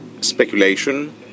speculation